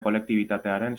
kolektibitatearen